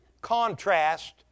contrast